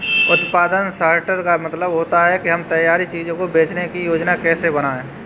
उत्पादन सॉर्टर का मतलब होता है कि हम तैयार चीजों को बेचने की योजनाएं कैसे बनाएं